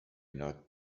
not